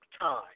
time